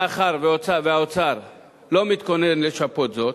מאחר שהאוצר לא מתכונן לשפות זאת,